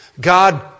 God